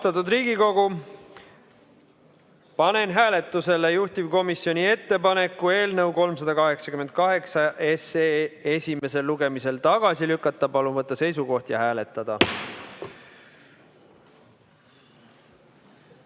Riigikogu, panen hääletusele juhtivkomisjoni ettepaneku eelnõu 388 esimesel lugemisel tagasi lükata. Palun võtta seisukoht ja hääletada!